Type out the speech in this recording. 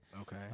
Okay